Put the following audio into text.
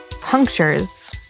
punctures